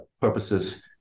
purposes